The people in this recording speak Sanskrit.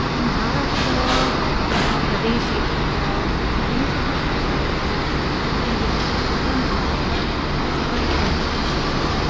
तर्हि महाराष्ट्र प्रदेशे धार्मिकः सामाजिकः इति यः कार्यक्रमः वर्तते सः तु गणेशोत्सवः